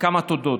כמה תודות.